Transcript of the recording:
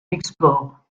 export